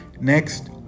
Next